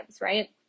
right